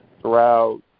throughout